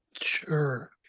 Sure